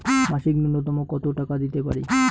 মাসিক নূন্যতম কত টাকা দিতে পারি?